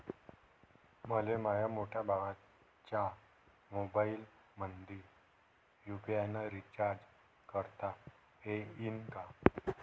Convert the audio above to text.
मले माह्या मोठ्या भावाच्या मोबाईलमंदी यू.पी.आय न रिचार्ज करता येईन का?